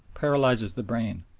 paralyses the brain,